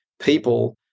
people